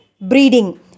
breeding